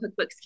cookbooks